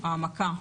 חברתי,